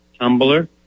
Tumblr